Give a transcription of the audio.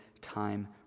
time